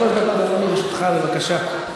שלוש דקות, אדוני, לרשותך, בבקשה.